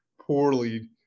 poorly